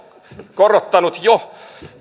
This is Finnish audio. korottanut jo